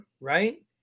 right